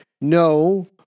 No